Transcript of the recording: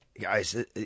guys